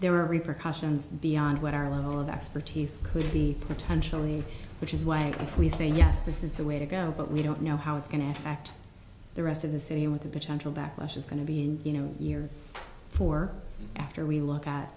there are repercussions beyond what our level of expertise could be potentially which is why if we say yes this is the way to go but we don't know how it's going to act the rest of the city with the potential backlash is going to be in you know year four after we look at